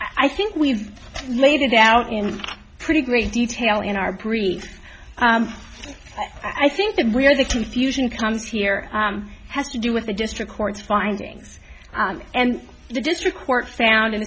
i think we've laid it out in pretty great detail in our brief i think that we are the confusion comes here has to do with the district court's findings and the district court found